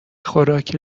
خوراک